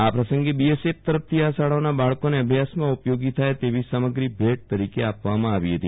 આ પ્રસંગે બીએસએફ તરફથી આ શાળાઓના બાળકોને અભ્યાસમાં ઉપયોગી થાય તેવી સામગ્ર ભેટ તરીકે આપવામાં આવી હતી